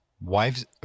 Wives